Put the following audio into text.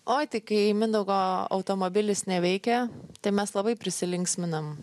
o kai mindaugo automobilis neveikia tai mes labai prisilinksminam